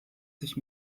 sich